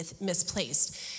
misplaced